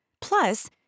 Plus